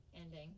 ending